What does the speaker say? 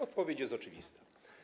Odpowiedź jest oczywista.